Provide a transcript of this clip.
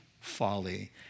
folly